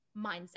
mindset